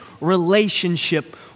relationship